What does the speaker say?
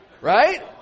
Right